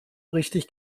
richtig